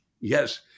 Yes